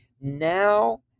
now